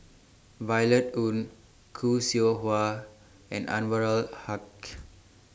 Violet Oon Khoo Seow Hwa and Anwarul Haque